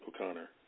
O'Connor